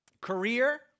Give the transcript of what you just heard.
career